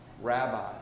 Rabbi